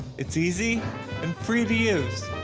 it's easy and free to use.